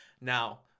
Now